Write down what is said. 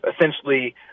essentially